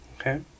Okay